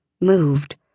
moved